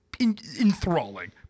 enthralling